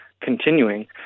continuing